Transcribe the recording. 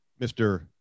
Mr